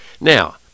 Now